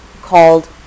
called